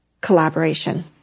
collaboration